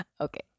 Okay